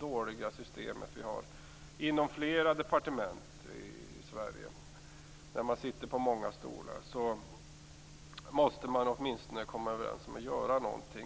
dåliga system som finns inom flera departement i Sverige - alltså detta med att man sitter på många stolar - är det nödvändigt att åtminstone komma överens om att göra något.